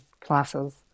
classes